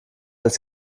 als